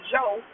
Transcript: Joe